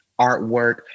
artwork